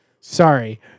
Sorry